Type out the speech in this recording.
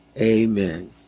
Amen